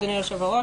תודה.